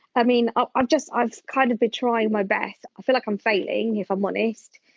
i mean i've just i've kind of been trying my best, i feel like i'm failing, if i'm honest.